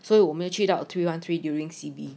所以我们去到 three one three during C_B